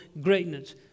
greatness